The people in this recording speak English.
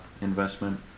investment